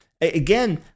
Again